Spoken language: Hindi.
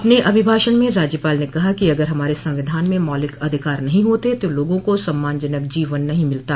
अपने अभिभाषण में राज्यपाल ने कहा कि अगर हमारे संविधान में मौलिक अधिकार नहीं होते तो लोगों को सम्मानजनक जीवन नहीं मिलता